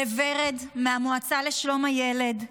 לוורד מהמועצה לשלום הילד,